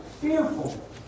fearful